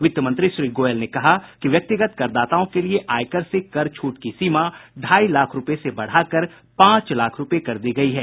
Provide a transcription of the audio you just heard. वित्त मंत्री श्री गोयल ने कहा कि व्यक्तिगत करदाताओं के लिए आयकर से कर छूट की सीमा ढ़ाई लाख रूपये से बढ़ाकर पांच लाख रुपये कर दी गयी है